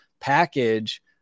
package